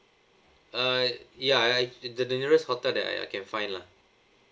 err ya I the the nearest hotel that I I can find lah